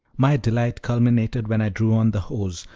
my delight culminated when i drew on the hose,